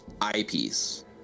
eyepiece